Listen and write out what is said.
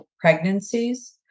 pregnancies